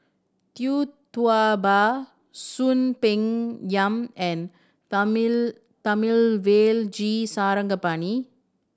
Tee Tua Ba Soon Peng Yam and Thamizhavel G Sarangapani